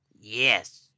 Yes